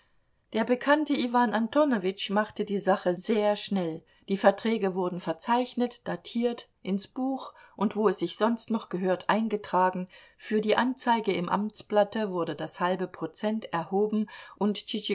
der bekannte iwan antonowitsch machte die sache sehr schnell die verträge wurden verzeichnet datiert ins buch und wo es sich noch gehört eingetragen für die anzeige im amtsblatte wurde das halbe prozent erhoben und